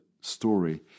story